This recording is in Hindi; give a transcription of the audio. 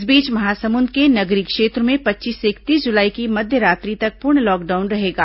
इस बीच महासमुंद के नगरीय क्षेत्रों में पच्चीस से इकतीस जुलाई की मध्यरात्रि तक पूर्ण लॉकडाउन रहेगा